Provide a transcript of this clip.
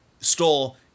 stole